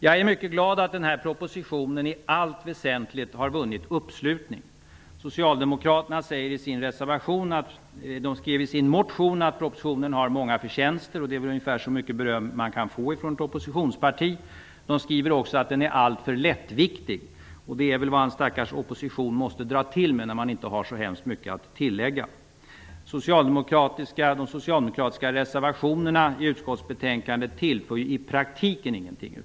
Jag är mycket glad över att den här propositionen i allt väsentligt har vunnit gehör. Socialdemokraterna skrev i sin motion att propositionen har många förtjänster. Det är ungefär så mycket beröm man kan få från ett oppositionsparti. De skriver också att den är alltför lättviktig. Det är nog vad en stackars opposition måste dra till med när det inte finns så mycket att tillägga. De socialdemokratiska reservationerna i utskottsbetänkandet tillför i praktiken ingenting.